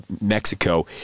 Mexico